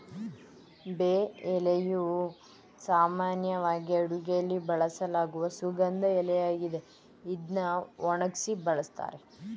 ಬೇ ಎಲೆಯು ಸಾಮಾನ್ಯವಾಗಿ ಅಡುಗೆಯಲ್ಲಿ ಬಳಸಲಾಗುವ ಸುಗಂಧ ಎಲೆಯಾಗಿದೆ ಇದ್ನ ಒಣಗ್ಸಿ ಬಳುಸ್ತಾರೆ